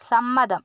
സമ്മതം